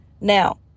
Now